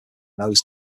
those